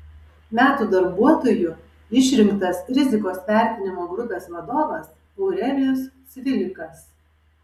metų darbuotoju išrinktas rizikos vertinimo grupės vadovas aurelijus cvilikas